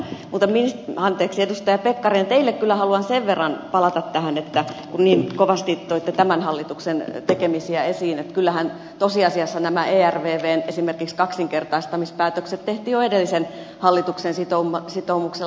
mutta edustaja pekkarinen kyllä haluan sen verran palata tähän kun niin kovasti toitte tämän hallituksen tekemisiä esiin että kyllähän tosiasiassa esimerkiksi nämä ervvn kaksinkertaistamispäätökset tehtiin jo edellisen hallituksen sitoumuksella